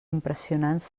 impressionants